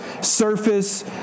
surface